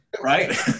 Right